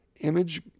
image